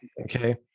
okay